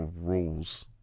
rules